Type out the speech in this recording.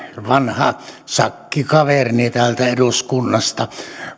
vanha sakkikaverini täältä eduskunnasta